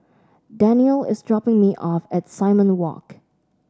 Danielle is dropping me off at Simon Walk